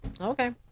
Okay